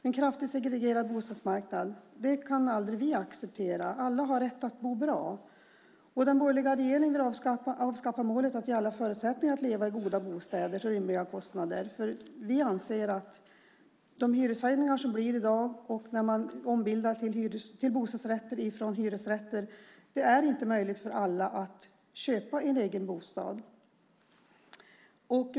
Vi kan aldrig acceptera en kraftigt segregerad bostadsmarknad. Alla har rätt att bo bra. Den borgerliga regeringen vill avskaffa målet att ge alla förutsättningar att leva i goda bostäder till rimliga kostnader. Vi anser att dagens hyreshöjningar och ombildningar från hyresrätter till bostadsrätter inte gör det möjligt för alla att köpa en egen bostad.